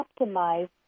optimize